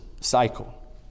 cycle